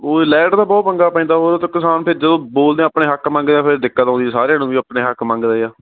ਉਹ ਲਾਇਟ ਦਾ ਬਹੁਤ ਪੰਗਾ ਪੈਂਦਾ ਉਦੋਂ ਤਾਂ ਕਿਸਾਨ ਤੇ ਜਦੋਂ ਬੋਲਦੇ ਆਪਣੇ ਹੱਕ ਮੰਗਦੇ ਐ ਫਿਰ ਦਿੱਕਤ ਆਉਂਦੀ ਸਾਰਿਆਂ ਨੂੰ ਵੀ ਆਪਣੇ ਹੱਕ ਮੰਗਦੇ ਆ